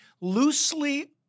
loosely